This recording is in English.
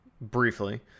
briefly